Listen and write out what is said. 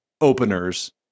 openers